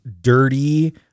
dirty